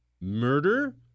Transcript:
murder